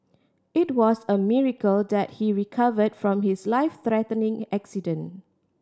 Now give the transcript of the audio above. it was a miracle that he recovered from his life threatening accident